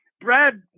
Brad